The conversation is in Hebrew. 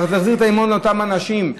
להחזיר את האמון לאותם אנשים,